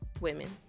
Women